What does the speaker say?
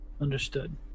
Understood